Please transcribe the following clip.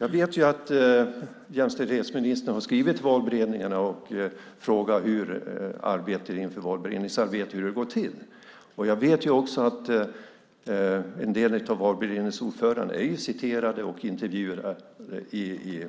Jag vet att jämställdhetsministern har skrivit till valberedningarna och frågat hur valberedningsarbetet går till. Jag vet också att en del av ordförandena i valberedningarna har intervjuats i